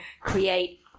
create